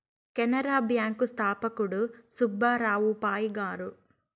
Canara bank స్థాపకుడు సుబ్బారావు పాయ్ గారు